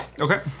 Okay